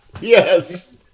yes